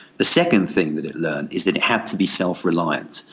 the second thing that it learned is that it had to be self-reliant.